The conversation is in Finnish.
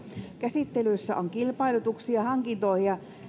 käsittelyssä on kilpailutuksia ja hankintoja